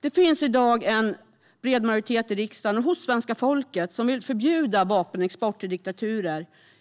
Det finns i dag en bred majoritet i riksdagen och hos svenska folket som vill förbjuda vapenexport till diktaturer.